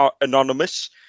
anonymous